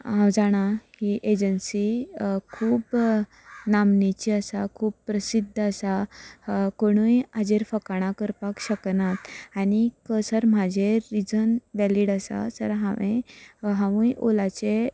हांव जाणा की एजन्सी खूब नामनेची आसा खूब प्रसिद्द आसा कोणूय हाचेर फकाणां करपाक शकना आनीक सर म्हाजें रिजन वेलीड आसा सर हांवें हांवूंय ओलाचे खूब